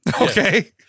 Okay